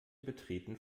betreten